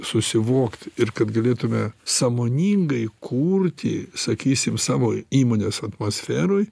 susivokt ir kad galėtume sąmoningai kurti sakysim savo įmonės atmosferoj